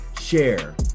share